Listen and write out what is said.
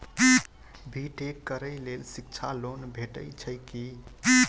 B tech करै लेल शिक्षा लोन भेटय छै की?